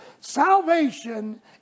Salvation